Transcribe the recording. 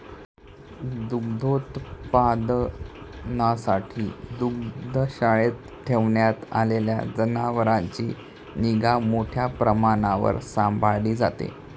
दुग्धोत्पादनासाठी दुग्धशाळेत ठेवण्यात आलेल्या जनावरांची निगा मोठ्या प्रमाणावर सांभाळली जाते